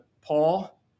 Paul